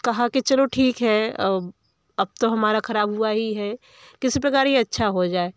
कहा कि चलो ठीक है अब तो हमारा ख़राब हुआ ही है किसी प्रकार यह अच्छा हो जाए